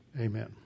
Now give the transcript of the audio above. amen